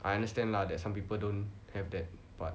I understand lah that some people don't have that part